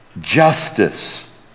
justice